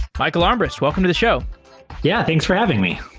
michael armburst, welcome to the show yeah, thanks for having me.